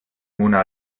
mona